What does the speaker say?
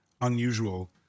unusual